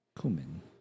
Cumin